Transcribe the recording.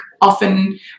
often